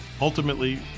Ultimately